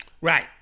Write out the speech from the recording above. Right